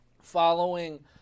following